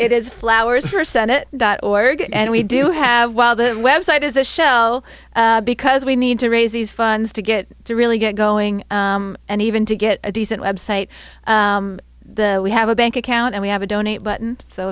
it is flowers for senate dot org and we do have while the web site is a show because we need to raise these funds to get to really get going and even to get a decent website we have a bank account and we have a donate button so